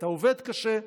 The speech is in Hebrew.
אתה עובד קשה,